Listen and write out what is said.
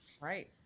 Right